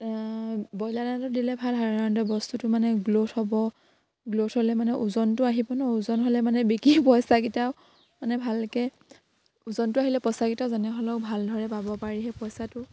broiler দানাটো দিলে ভাল সাধাৰণতে বস্তুটো মানে গ্ৰ'থ হ'ব গ্ৰ'থ হ'লে মানে ওজনটো আহিব ন ওজন হ'লে মানে বিক্ৰী পইচাকিটাও মানে ভালকে ওজনটো আহিলে পইচাকিটাও যেনে হ'লেও ভালদৰে পাব পাৰি সেই পইচাটো